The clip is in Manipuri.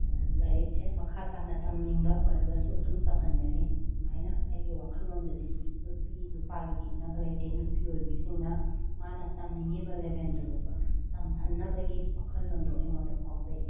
ꯂꯥꯏꯔꯤꯛꯁꯦ ꯃꯈꯥ ꯇꯥꯅ ꯇꯝꯅꯤꯡꯕ ꯑꯣꯏꯔꯒꯁꯨ ꯑꯗꯨꯝ ꯇꯝꯍꯟꯒꯅꯤ ꯁꯨꯃꯥꯏꯅ ꯑꯩꯒꯤ ꯋꯥꯈꯜꯂꯣꯟꯗꯗꯤ ꯅꯨꯄꯤ ꯅꯨꯄꯥꯒꯤ ꯈꯦꯠꯅꯕ ꯂꯩꯇꯦ ꯅꯨꯄꯤ ꯑꯣꯏꯕꯤꯁꯤꯡꯅ ꯃꯥꯅ ꯇꯝꯅꯤꯡꯉꯤꯕ ꯂꯦꯕꯦꯟꯗꯨ ꯐꯥꯎꯕ ꯇꯝꯍꯟꯅꯕꯒꯤ ꯋꯥꯈꯟꯂꯣꯟꯗꯣ ꯑꯩꯉꯣꯟꯗ ꯐꯥꯎꯖꯩ